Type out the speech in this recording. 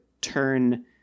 turn